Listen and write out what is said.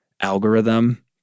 algorithm